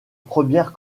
première